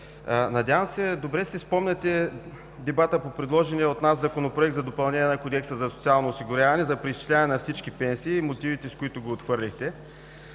Надявам се добре си спомняте дебата по предложения от нас Законопроект за допълнение на Кодекса за социално осигуряване за преизчисляване на всички пенсии и мотивите, с които го отхвърлихте.